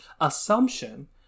assumption